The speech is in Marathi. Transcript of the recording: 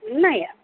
नाही